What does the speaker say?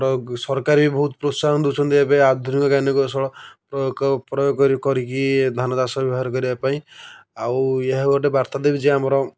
ଆମର ସରକାର ବି ବହୁତ ପ୍ରୋତ୍ସାହନ ଦେଉଛନ୍ତି ଯେ ଏବେ ଆଧୁନିକ ଜ୍ଞାନ କୌଶଳ ପ୍ରୟୋଗ କରି କରିକି ଧାନ ଚାଷରେ ବ୍ୟବହାର କରିବା ପାଇଁ ଆଉ ଏହା ଗୋଟେ ବାର୍ତ୍ତା ଦେବି ଯେ ଆମର